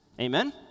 Amen